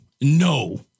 No